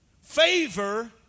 Favor